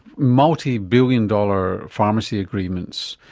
multibillion dollar pharmacy agreements,